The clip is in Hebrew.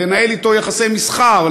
לנהל אתו יחסי מסחר,